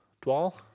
Dwell